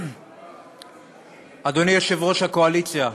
אדוני יושב-ראש הקואליציה,